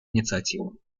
инициативу